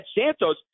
Santos